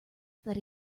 that